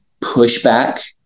pushback